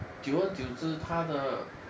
久而久之她的